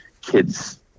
kids